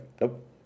nope